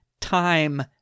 time